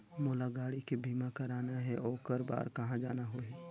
मोला गाड़ी के बीमा कराना हे ओकर बार कहा जाना होही?